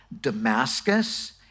Damascus